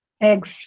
eggs